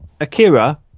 Akira